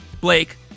Blake